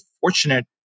fortunate